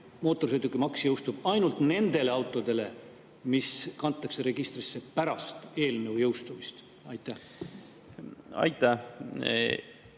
mootorsõidukimaks jõustuks ainult nende autode suhtes, mis kantakse registrisse pärast eelnõu jõustumist? Aitäh!